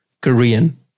korean